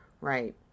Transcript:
right